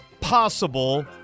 possible